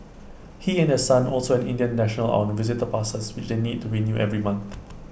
he and their son also an Indian national are on visitor passes which they need to renew every month